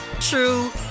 true